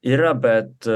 yra bet